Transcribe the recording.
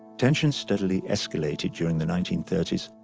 tensions steadily escalated during the nineteen thirty s,